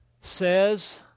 says